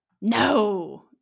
No